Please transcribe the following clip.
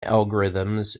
algorithms